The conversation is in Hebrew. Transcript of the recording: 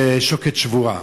בשוקת שבורה.